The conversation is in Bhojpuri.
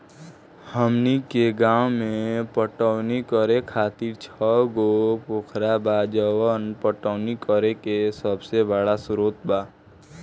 हमनी के गाँव में पटवनी करे खातिर छव गो पोखरा बा जवन पटवनी करे के सबसे बड़ा स्रोत बा